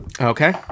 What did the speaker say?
Okay